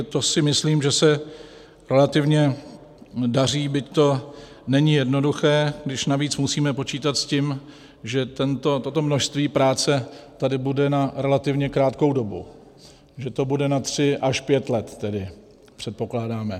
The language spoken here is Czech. To si myslím, že se relativně daří, byť to není jednoduché, když navíc musíme počítat s tím, že toto množství práce tady bude na relativně krátkou dobu, že to bude na tři až pět let tedy, předpokládáme.